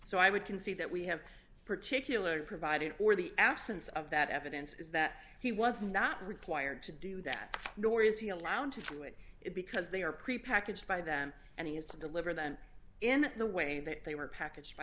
so i would concede that we have particular provided or the absence of that evidence is that he was not required to do that nor is he allowed to do it because they are prepackaged by them and he has to deliver them in the way that they were packaged by